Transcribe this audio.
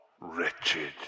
wretched